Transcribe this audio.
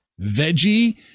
veggie